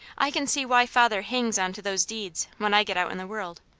i can see why father hangs on to those deeds, when i get out in the world.